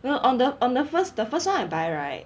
well on the on the first the first one I buy right